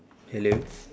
hello